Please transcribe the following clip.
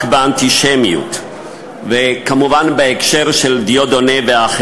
הצעת חוק איסור השימוש בסמלים וכינויים נאציים,